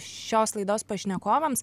šios laidos pašnekovams